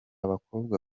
bakobwa